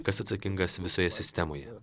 kas atsakingas visoje sistemoje